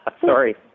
Sorry